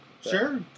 Sure